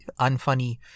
unfunny